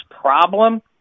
problem